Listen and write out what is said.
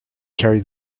carried